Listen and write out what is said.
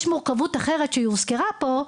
יש מורכבות אחרת שהיא הוזכרה פה,